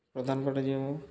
ପ୍ରଧାନପାଟ୍ ଯିମୁ